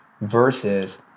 versus